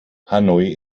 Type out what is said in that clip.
hanoi